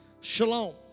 Shalom